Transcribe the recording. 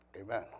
amen